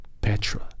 Petra